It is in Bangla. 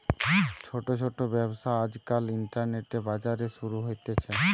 ছোট ছোট ব্যবসা আজকাল ইন্টারনেটে, বাজারে শুরু হতিছে